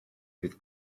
fydd